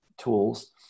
tools